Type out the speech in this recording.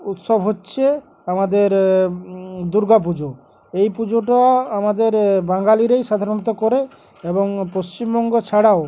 উৎসব হচ্ছে আমাদের দুর্গা পুজো এই পুজোটা আমাদের বাঙালিরই সাধারণত করে এবং পশ্চিমবঙ্গ ছাড়াও